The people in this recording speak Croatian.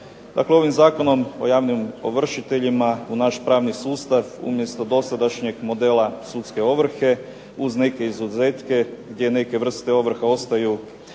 ovim Zakonom o javnim ovršiteljima u naš pravni sustav umjesto dosadašnjeg modela sudske ovrhe uz neke izuzetke gdje neke vrste ovrha ostaju